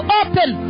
open